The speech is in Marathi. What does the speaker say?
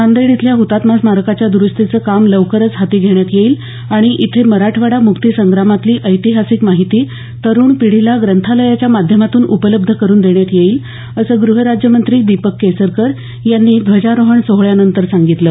नांदेड इथल्या हुतात्मा स्मारकाच्या दुरुस्तीचं काम लवकरच हाती घेण्यात येईल आणि इथे मराठवाडा मुक्ती संग्रामातली ऐतिहासिक माहिती तरुण पिढीला ग्रंथालयाच्या माध्यमातून उपलब्ध करून देण्यात येईल असं ग़हराज्यमंत्री दीपक केसरकर यांनी ध्वजारोहण सोहळ्यानंतर सांगितलं